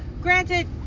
granted